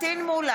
אינו נוכח מופיד